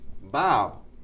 Bob